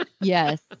Yes